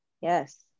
Yes